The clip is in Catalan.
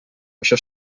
això